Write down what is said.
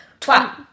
Twat